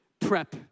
prep